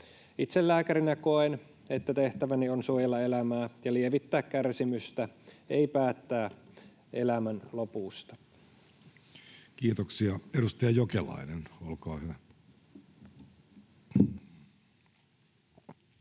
Itse lääkärinä koen, että tehtäväni on suojella elämää ja lievittää kärsimystä, ei päättää elämän lopusta. [Speech 144] Speaker: Jussi